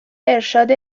ارشاد